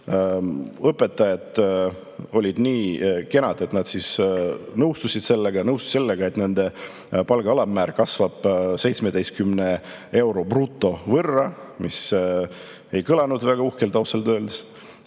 Õpetajad olid nii kenad, et nad nõustusid sellega ja nõustusid sellega, et nende palga alammäär kasvab 17 euro võrra bruto, mis ei kõlanud väga uhkelt ausalt öeldes.